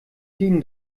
team